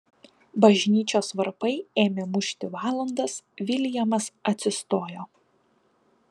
bažnyčios varpai ėmė mušti valandas viljamas atsistojo